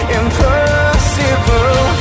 impossible